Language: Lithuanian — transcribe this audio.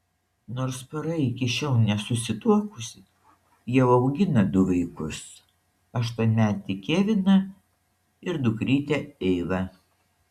nors pora iki šiol nesusituokusi jau augina du vaikus aštuonmetį keviną ir dukrytę eivą